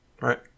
right